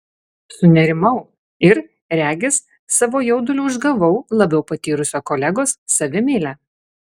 sunerimau ir regis savo jauduliu užgavau labiau patyrusio kolegos savimeilę